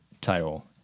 title